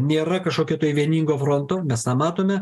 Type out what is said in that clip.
nėra kažkokio vieningo fronto mes tą matome